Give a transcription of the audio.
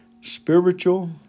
spiritual